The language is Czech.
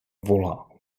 volá